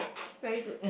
very good